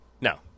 no